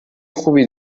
خوبی